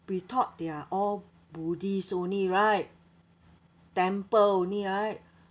we thought they're all buddhist only right temple only right